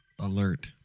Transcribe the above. alert